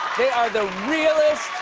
they are the realest